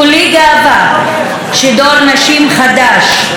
כולי גאווה על שדור נשים חדש,